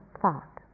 thought